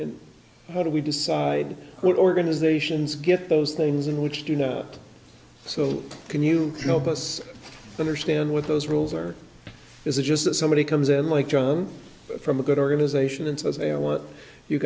and how do we decide what organizations get those things and which do you know so can you help us understand with those rules or is it just that somebody comes in like john from a good organization and says hey i want you